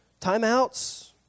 Timeouts